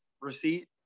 receipt